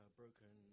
broken